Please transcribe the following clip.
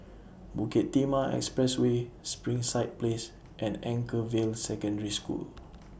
Bukit Timah Expressway Springside Place and Anchorvale Secondary School